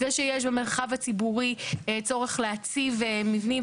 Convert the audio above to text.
זה שיש במרחב הציבורי צורך להציב מבנים,